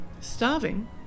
Starving